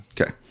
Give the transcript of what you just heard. Okay